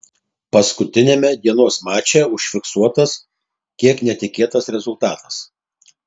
paskutiniame dienos mače užfiksuotas kiek netikėtas rezultatas